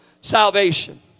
salvation